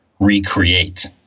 recreate